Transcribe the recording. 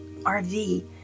RV